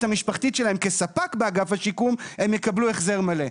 המשפחתית שלהם כספק באגף השיקום הם יקבלו החזר מלא.